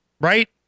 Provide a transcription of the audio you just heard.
Right